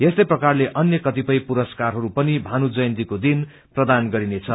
यस्तै प्रकारले अन्य कतिपय पुरस्कारहरू पनि भानु जयन्तिको दिन प्रदान गरिने छ